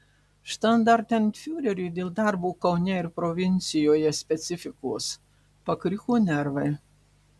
štandartenfiureriui dėl darbo kaune ir provincijoje specifikos pakriko nervai